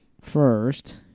first